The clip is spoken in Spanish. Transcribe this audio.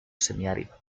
semiárido